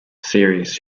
serious